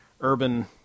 urban